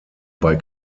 bei